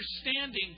understanding